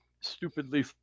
stupidly